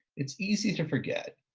it's easy to forget,